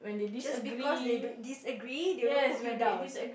just because they don't disagree they will put you down